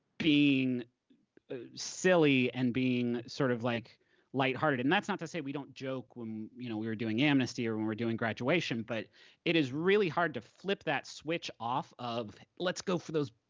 being silly and being sort of like light-hearted, and that's not to say we don't joke when you know we were doing amnesty or when we're doing graduation, but it is really hard to flip that switch off of, let's go for those,